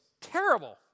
terrible